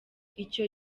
icyo